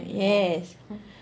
yes